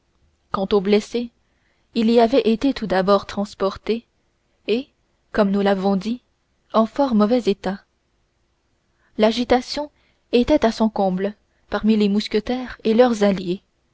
quant au blessé il y avait été tout d'abord transporté et comme nous l'avons dit en fort mauvais état l'agitation était à son comble parmi les mousquetaires et leurs alliés